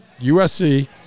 USC